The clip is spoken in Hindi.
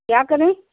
क्या करें